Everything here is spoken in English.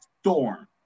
storm